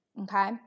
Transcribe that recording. Okay